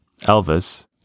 Elvis